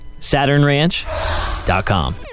SaturnRanch.com